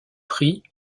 prix